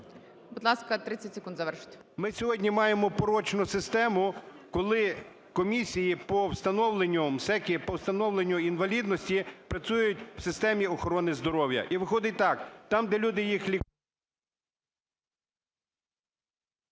Будь ласка, 30 секунд завершити.